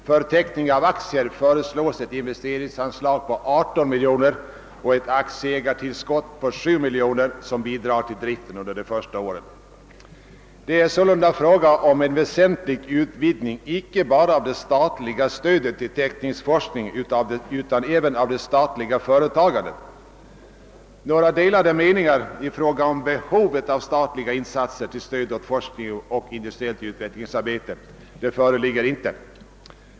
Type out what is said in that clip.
För teckning av aktier föreslås ett investeringsanslag på 18 miljoner kronor och ett aktieägartillskott på 7 miljoner kronor som bidrag till driften under det första året. Det är sålunda fråga om en väsentlig utvidgning inte bara av det statliga stödet till teknisk forskning utan även av det statliga företagandet. Några delade meningar i fråga om behovet av statliga insatser till stöd åt forskning och industriellt utvecklingsarbete föreligger inte.